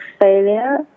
failure